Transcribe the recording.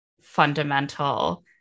fundamental